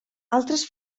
altres